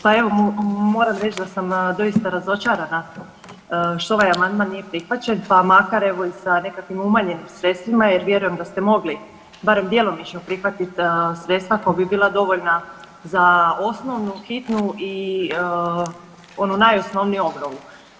Pa evo, moram reć da sam doista razočarana što ovaj amandman nije prihvaćen, pa makar evo i sa nekakvim umanjenim sredstvima jer vjerujem da ste mogli barem djelomično prihvatit sredstva koja bi bila dovoljna za osnovnu, hitnu i onu najosnovniju obnovu.